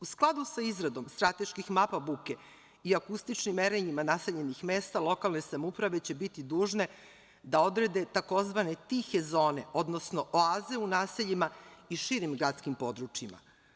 U skladu sa izradom strateških mapa buke i akustičnim merenjima naseljenih mesta, lokalne samouprave će biti dužne da odrede tzv. „tihe zone“, odnosno oaze u naseljima i širim gradskim područjima.